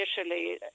initially